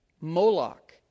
Moloch